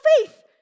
faith